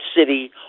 city